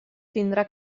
tindrà